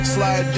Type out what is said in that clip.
Slide